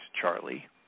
Charlie